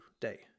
day